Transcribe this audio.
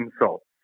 insults